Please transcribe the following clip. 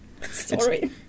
Sorry